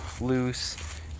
loose